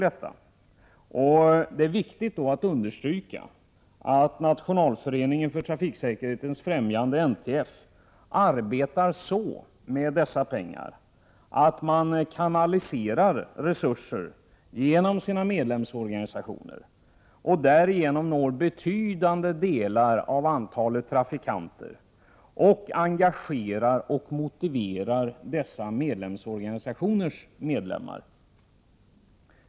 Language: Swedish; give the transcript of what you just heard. Det är viktigt att understryka att Nationalföreningen för trafiksäkerhetens främjande, NTF, arbetar på ett sådant sätt med dessa pengar att resurser kanaliseras genom medlemsorganisationerna. Därigenom når man ett betydande antal trafikanter. Dessutom engagerar och motiverar man medlemsorganisationernas medlemmar.